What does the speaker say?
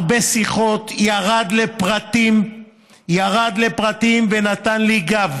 הרבה שיחות, ירד לפרטים ונתן לי גב,